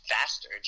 faster